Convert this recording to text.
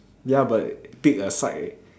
ya but pick a side eh